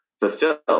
fulfill